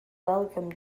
welcome